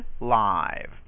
live